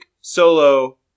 solo